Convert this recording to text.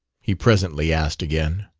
he presently asked again.